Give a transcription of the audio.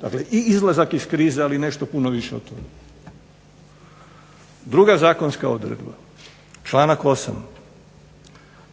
Dakle i izlazak krize, ali i nešto puno više od toga. Druga zakonska odredba, članak 8.